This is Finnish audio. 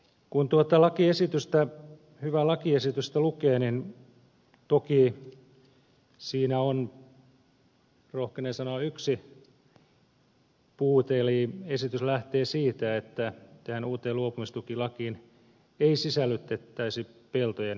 kun tuota hyvää lakiesitystä lukee niin toki siinä on rohkenen sanoa yksi puute eli esitys lähtee siitä että tähän uuteen luopumistukilakiin ei sisällytettäisi peltojen vuokrausvaihtoehtoa